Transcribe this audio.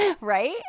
Right